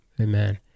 Amen